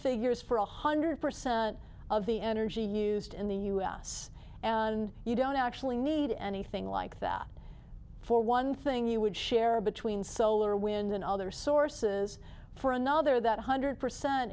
figures for one hundred percent of the energy used in the us and you don't actually need anything like that for one thing you would share between solar wind and other sources for another that one hundred percent